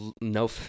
no